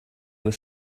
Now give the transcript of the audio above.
were